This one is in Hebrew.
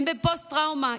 הם בפוסט-טראומה,